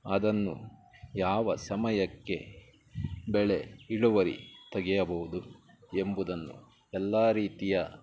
ಅದನ್ನು ಯಾವ ಸಮಯಕ್ಕೆ ಬೆಳೆ ಇಳುವರಿ ತೆಗೆಯಬೌದು ಎಂಬುದನ್ನು ಎಲ್ಲ ರೀತಿಯ